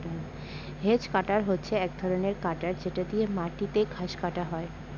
hedge cutter হচ্ছে এক ধরনের কাটার যেটা দিয়ে মাটিতে ঘাস কাটা হয়